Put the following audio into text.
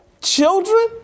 children